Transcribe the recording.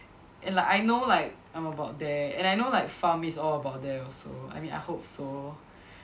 and like I know like I'm about there and I know like pharm is all about there also I mean I hope so